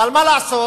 מה לעשות.